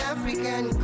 African